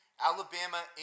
Alabama